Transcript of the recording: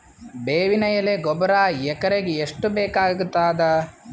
ಬೇವಿನ ಎಲೆ ಗೊಬರಾ ಎಕರೆಗ್ ಎಷ್ಟು ಬೇಕಗತಾದ?